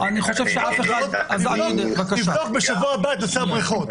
פחות יום נבדוק בשבוע הבא את נושא הבריכות.